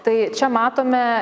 tai čia matome